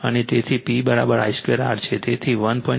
અને તેથી PI 2 R છે તેથી 1